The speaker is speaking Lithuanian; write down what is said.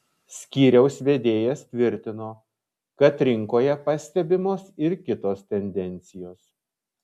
skyriaus vedėjas tvirtino kad rinkoje pastebimos ir kitos tendencijos